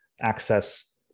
access